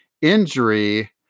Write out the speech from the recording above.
injury